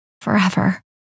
forever